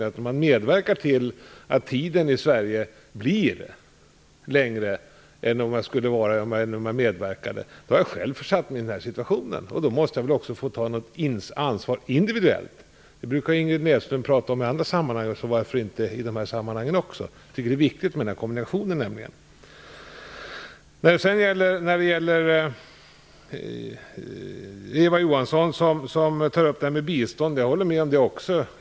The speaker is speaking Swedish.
Om man själv medverkar till att tiden i Sverige förlängs, är det en situation som man själv har försatt sig i, och då måste man också ta ett individuellt ansvar. Ingrid Näslund brukar i andra sammanhang tala om ett sådant - varför inte också i dessa sammanhang? Jag tycker att det är en viktig synpunkt. Jag instämmer i det som Eva Johansson sade om bistånd.